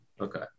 Okay